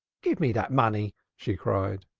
give me that money, she cried.